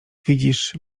widzisz